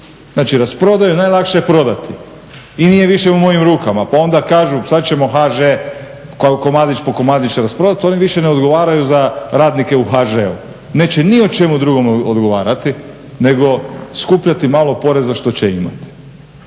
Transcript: znači rasprodaju. Najlakše je prodati i nije više u mojim rukama, pa onda kažu sad ćemo HŽ komadić po komadić rasprodati. Oni više ne odgovaraju za radnike u HŽ-u. Neće ni o čemu drugome odgovarati, nego skupljati malo poreza što će imati.